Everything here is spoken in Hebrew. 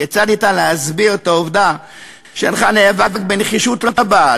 כיצד ניתן להסביר את העובדה שהנך נאבק בנחישות רבה,